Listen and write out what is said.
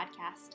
podcast